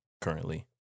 currently